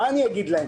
מה אגיד להם?